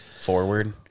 forward